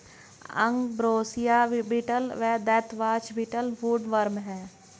ambrosia beetle व deathwatch beetle woodworm हैं